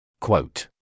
Quote